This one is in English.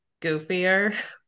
goofier